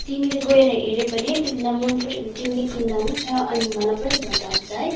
तिमीले गएर हेऱ्यौ भने तिमीलाई मन पऱ्यो भने तिमीले किन्दा हुन्छ अनि मलाई पनि भन्दा हुन्छ है